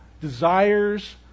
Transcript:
desires